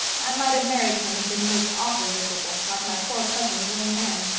i might have married him and been most awful miserable, like my poor cousin, jane ann.